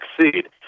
succeed